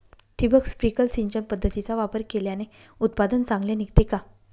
ठिबक, स्प्रिंकल सिंचन पद्धतीचा वापर केल्याने उत्पादन चांगले निघते का?